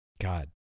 God